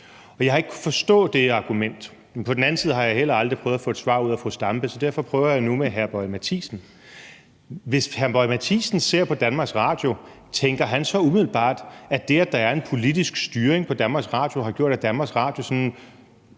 Og jeg har ikke kunnet forstå det argument, men på den anden side har jeg heller aldrig prøvet at få et svar ud af fru Zenia Stampe, så derfor prøver jeg nu med hr. Lars Boje Mathiesen. Hvis hr. Lars Boje Mathiesen ser på Danmarks Radio, tænker han så umiddelbart, at det, at der er en politisk styring på Danmarks Radio, har gjort, at Danmarks Radio er sådan